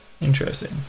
Interesting